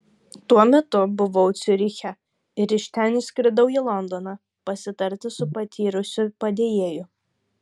tuo metu buvau ciuriche ir iš ten išskridau į londoną pasitarti su patyrusiu padėjėju